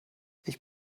ich